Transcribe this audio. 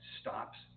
stops